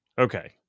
Okay